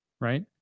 right